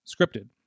scripted